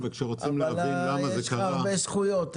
וכשרוצים להבין למה זה קרה -- יש לך הרבה זכויות.